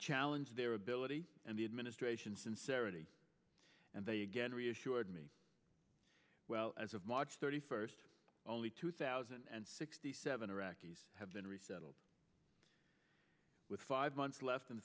challenge their ability and the administration's sincerity and they again reassured me well as of march thirty first only two thousand and sixty seven iraqis have been resettled with five months left